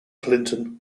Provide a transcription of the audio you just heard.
clinton